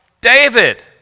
David